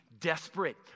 Desperate